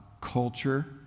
culture